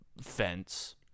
fence